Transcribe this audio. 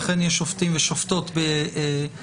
אכן יש שופטים ושופטות בישראל,